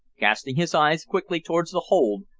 casting his eyes quickly towards the hold,